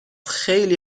خیلی